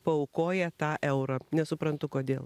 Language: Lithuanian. paaukoja tą eurą nesuprantu kodėl